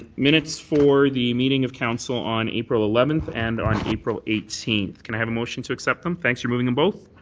minutes for the meeting of council on april eleventh and on april eighteenth. can i have a motion to accept them? thanks, you're moving them both?